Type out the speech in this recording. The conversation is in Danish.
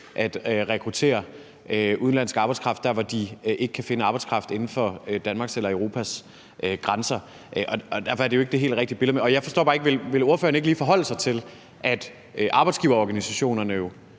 at rekruttere udenlandsk arbejdskraft der, hvor de ikke kan finde arbejdskraft inden for Danmarks eller Europas grænser. Derfor er det jo ikke det helt rigtige billede. Vil ordføreren ikke lige forholde sig til, at arbejdsgiverorganisationerne jo